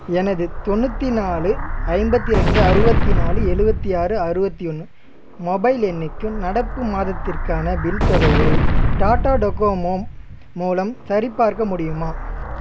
எனது தொண்ணூற்றி நாலு ஐம்பத்தி ரெண்டு அறுபத்தி நாலு எழுவத்தி ஆறு அறுபத்தி ஒன்று மொபைல் எண்ணுக்கு நடப்பு மாதத்திற்கான பில் தொகையை டாடா டோகோமோ மூலம் சரிபார்க்க முடியுமா